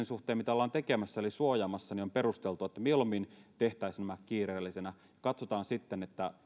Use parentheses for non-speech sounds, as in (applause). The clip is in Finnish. (unintelligible) suhteen mitä ollaan tekemässä eli suojaamassa on perusteltua että mieluummin tehtäisiin nämä kiireellisenä katsotaan sitten